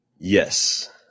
Yes